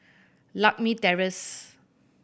Lakme Terrace